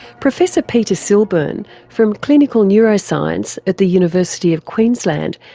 professor peter silburn from clinical neuroscience at the university of queensland,